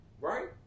right